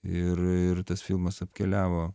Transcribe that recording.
ir ir tas filmas apkeliavo